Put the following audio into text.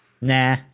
Nah